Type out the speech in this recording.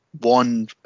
one